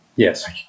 Yes